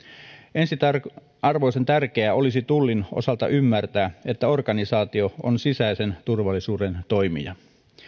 ensiarvoisen tärkeää olisi tullin osalta ymmärtää että organisaatio on sisäisen turvallisuuden toimija